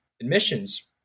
admissions